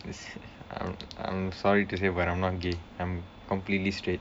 I'm I'm sorry to say but I'm not gay I'm completely straight